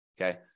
Okay